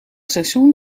seizoen